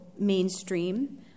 Mainstream